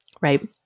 Right